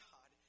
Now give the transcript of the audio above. God